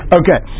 okay